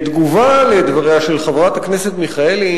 בתגובה לדבריה של חברת הכנסת מיכאלי,